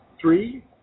three